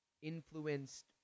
influenced